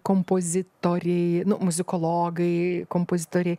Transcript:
kompozitoriai muzikologai kompozitoriai